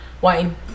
Wine